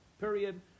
Period